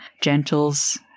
gentles